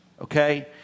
okay